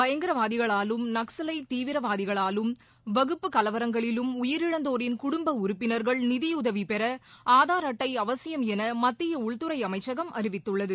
பயங்கரவாதிகளாலும் நக்சலைட் தீவிரவாதிகளாலும் வகுப்பு கலவரங்களிலும் உயிரிழந்தோரின் குடும்ப உறுப்பினர்கள் நிதியுதவி பெற ஆதார் அட்டை அவசியம் என மத்திய உள்துறை அமைச்சகம் அறிவித்துள்ளது